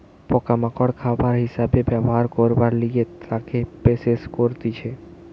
পোকা মাকড় খাবার হিসাবে ব্যবহার করবার লিগে তাকে প্রসেস করতিছে